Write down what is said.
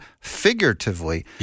figuratively